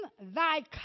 thy